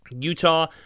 Utah